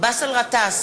באסל גטאס,